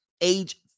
age